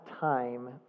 time